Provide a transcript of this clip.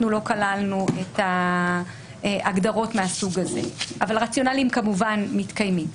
לא כללנו את ההגדרות מהסוג הזה אבל רציונלים כמובן מתקיימים.